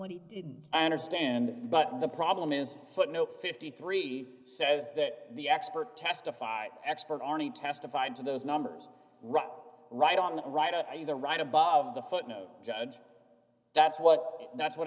what he didn't understand but the problem is footnote fifty three says that the expert testified expert arnie testified to those numbers right right on the right are you there right above the footnote judge that's what that's what